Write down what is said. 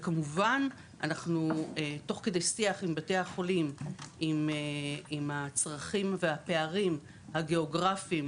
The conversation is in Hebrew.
וכמובן אנחנו תוך כדי שיח עם בתי החולים עם הצרכים והפערים הגיאוגרפיים,